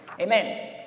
Amen